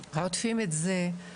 עוטפים את זה,